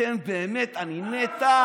אתם באמת אניני טעם,